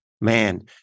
man